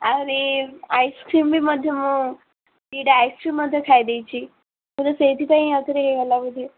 ଆହୁରି ଆଇସକ୍ରିମ ବି ମଧ୍ୟ ମୁଁ ଦୁଇଟା ଆଇସକ୍ରିମ ମଧ୍ୟ ଖାଇଦେଇଛି ମୋର ସେଥିପାଇଁ ଆଉ ଥରେ ହେଇଗଲା ବୋଧେ